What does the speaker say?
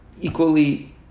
equally